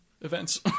events